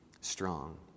strong